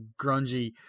grungy